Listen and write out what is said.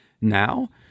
now